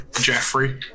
Jeffrey